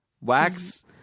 Wax